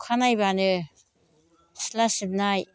अखानायबानो सिला सिबनाय